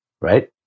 Right